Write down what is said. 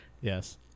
Yes